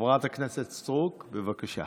חברת הכנסת סטרוק, בבקשה.